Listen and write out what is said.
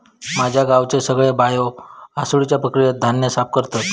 माझ्या गावचे सगळे बायो हासडुच्या प्रक्रियेन धान्य साफ करतत